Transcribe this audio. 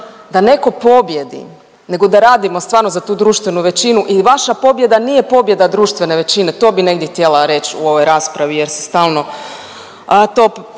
da neko pobijedi nego da radimo stvarno za tu društvenu većinu i vaša pobjeda nije pobjeda društvene većine, to bi negdje htjela reć u ovoj raspravi jer se stalno to